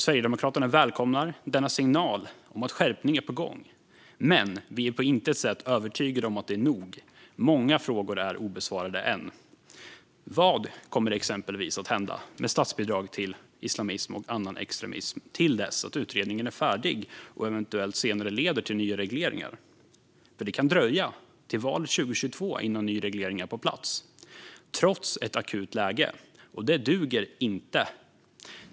Sverigedemokraterna välkomnar denna signal om att en skärpning är på gång, men vi är på intet sätt övertygade om att detta är nog. Många frågor är ännu obesvarade. Vad kommer exempelvis att hända med statsbidrag till islamism och annan extremism till dess att utredningen är färdig och senare eventuellt leder till nya regleringar? Det kan dröja till valet 2022 innan en ny reglering är på plats, trots det akuta läget. Detta duger inte.